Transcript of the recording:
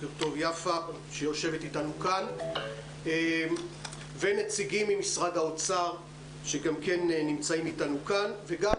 כן ישתתפו נציגים ממשרד האוצר וגם נציג